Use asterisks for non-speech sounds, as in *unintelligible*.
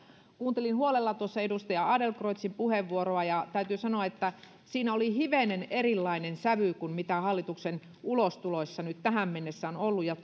kuuntelin huolella edustaja adlercreutzin puheenvuoroa ja täytyy sanoa että siinä oli hivenen erilainen sävy kuin mitä hallituksen ulostuloissa nyt tähän mennessä on ollut ja *unintelligible*